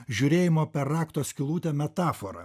žiūrėjimo per rakto skylutę metaforą